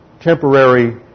temporary